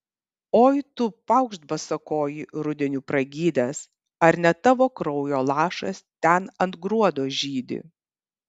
oi tu paukšt basakoji rudeniu pragydęs ar ne tavo kraujo lašas ten ant gruodo žydi